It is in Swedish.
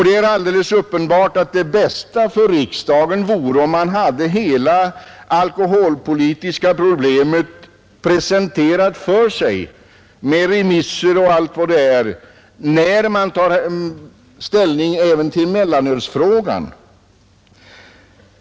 Det är alldeles uppenbart att det bästa för riksdagen är att ha hela det alkoholpolitiska problemet presenterat för sig med remissvar och allt sådant när den skall ta ställning till mellanölsfrågan.